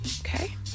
Okay